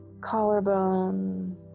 collarbone